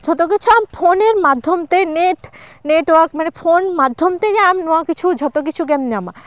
ᱡᱷᱚᱛᱚ ᱠᱤᱪᱷᱩ ᱟᱢ ᱯᱷᱳᱱ ᱢᱟᱫᱽᱫᱷᱚᱢ ᱛᱮ ᱱᱮᱴ ᱱᱮᱴᱳᱣᱟᱨᱠ ᱢᱟᱱᱮ ᱯᱷᱳᱱ ᱢᱟᱫᱽᱫᱷᱚᱢ ᱛᱮᱜᱮ ᱟᱢ ᱱᱚᱣᱟ ᱠᱤᱪᱷᱩ ᱡᱷᱚᱛᱚ ᱠᱤᱪᱷᱩ ᱜᱮᱢ ᱧᱟᱢᱟ